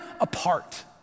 apart